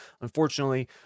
Unfortunately